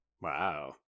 Wow